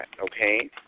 okay